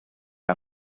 are